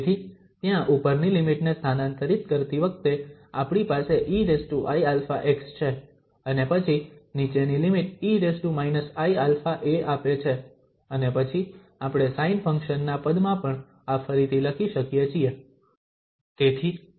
તેથી ત્યાં ઉપરની લિમિટ ને સ્થાનાંતરિત કરતી વખતે આપણી પાસે eiαx છે અને પછી નીચેની લિમિટ e−iαa આપે છે અને પછી આપણે સાઇન ફંક્શન ના પદમાં પણ આ ફરીથી લખી શકીએ છીએ